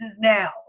now